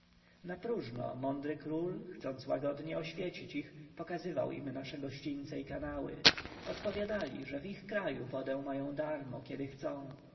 napróżno mądry król chcąc łagodnie oświecić ich pokazywał im nasze gościńce i kanały odpowiadali że w ich kraju wodę mają darmo gdzie chcą